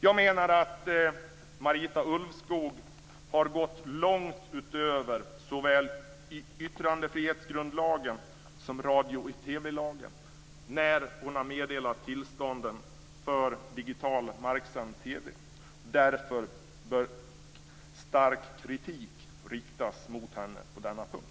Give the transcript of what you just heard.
Jag menar att Marita Ulvskog har gått långt utöver såväl yttrandefrihetsgrundlagen som radio och TV lagen när hon har meddelat tillstånden för digital marksänd TV. Därför bör stark kritik riktas mot henne på denna punkt.